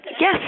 yes